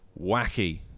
wacky